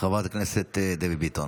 חברת הכנסת דבי ביטון,